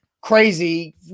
crazy